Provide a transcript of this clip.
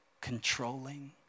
controlling